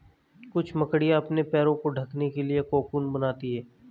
कुछ मकड़ियाँ अपने पैरों को ढकने के लिए कोकून बनाती हैं